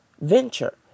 venture